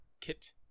Kit